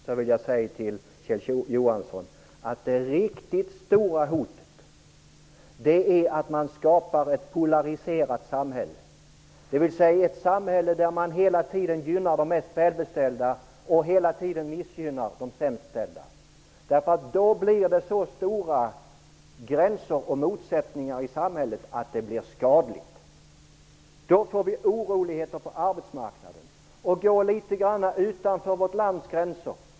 Jag vill säga till Kjell Johansson att det riktigt stora hotet är att man skapar ett polariserat samhälle, dvs. ett samhälle där man hela tiden gynnar de mest välbeställda och hela tiden missgynnar de sämst ställda. Då blir det så skarpa gränser och stora motsättningar i samhället att det blir skadligt. Då får vi oroligheter på arbetsmarknaden. Gå litet grand utanför vårt lands gränser!